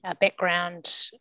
background